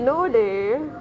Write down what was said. no dey